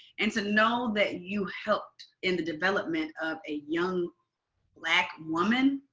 and to know that you helped in the development of a young black woman?